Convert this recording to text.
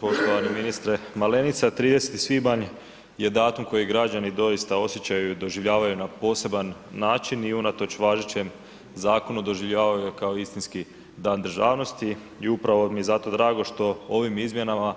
Poštovani ministre Malenica 30. svibanj je datum koji građani doista osjećaju, doživljavaju na poseban način i unatoč važećem zakonu doživljavaju ga kao istinski Dan državnosti i upravo mi je zato drago što ovim izmjenama